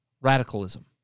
radicalism